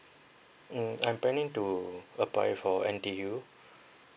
mm I'm planning to apply for N_T_U